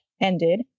ended